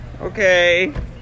Okay